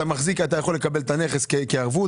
אתה מחזיק, אתה יכול לקבל את הנכס כערבות.